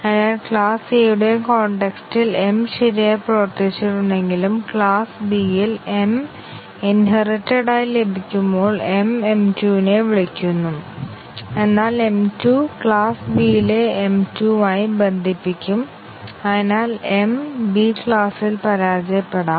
അതിനാൽ class A യുടെ context ഇൽ m ശരിയായി പ്രവർത്തിച്ചിട്ടുണ്ടെങ്കിലും ക്ലാസ്സ് B ഇൽ m ഇൻഹെറിറ്റെഡ് ആയി ലഭിക്കുമ്പോൾ m m2 നെ വിളിക്കുന്നു എന്നാൽ m 2 ക്ലാസ് B ലെ m 2 മായി ബന്ധിപ്പിക്കും അതിനാൽ m B ക്ലാസ്സിൽ പരാജയപ്പെടാം